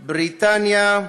בריטניה,